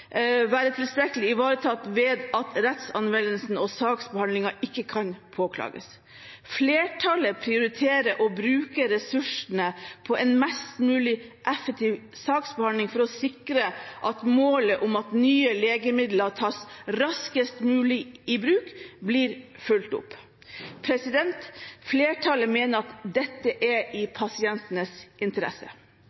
være tilstrekkelig ivaretatt ved at rettsanvendelsen og saksbehandlingen ikke kan påklages. Flertallet prioriterer å bruke ressursene på en mest mulig effektiv saksbehandling for å sikre at målet om at nye legemidler tas raskest mulig i bruk, blir fulgt opp. Flertallet mener at dette er i